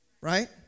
right